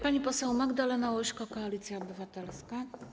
Pani poseł Magdalena Łośko, Koalicja Obywatelska.